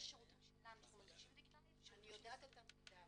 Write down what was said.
יש שירותים שלנו שאנחנו מנגישים דיגיטלית --- אני יודעת את המידע,